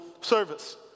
service